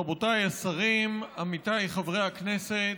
רבותיי השרים, עמיתיי חברי הכנסת,